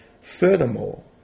Furthermore